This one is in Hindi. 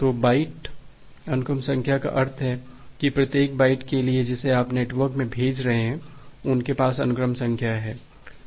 तो बाइट अनुक्रम संख्या का अर्थ है कि प्रत्येक बाइट के लिए जिसे आप नेटवर्क में भेज रहे हैं उनके पास अनुक्रम संख्या है